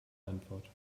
antwort